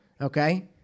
okay